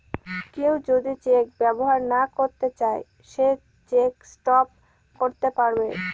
কেউ যদি চেক ব্যবহার না করতে চাই সে চেক স্টপ করতে পারবে